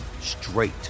straight